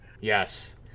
Yes